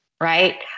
right